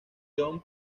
john